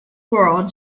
world